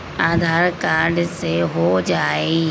आधार card से हो जाइ?